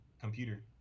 computer